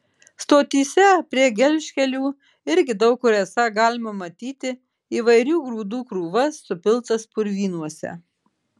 stotyse prie gelžkelių irgi daug kur esą galima matyti įvairių grūdų krūvas supiltas purvynuose